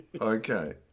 okay